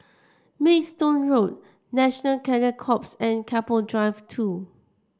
Maidstone Road National Cadet Corps and Keppel Drive Two